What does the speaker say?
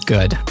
Good